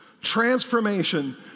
transformation